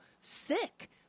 sick